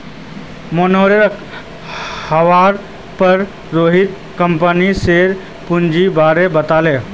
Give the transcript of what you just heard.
मोहनेर कहवार पर रोहित कंपनीर शेयर पूंजीर बारें बताले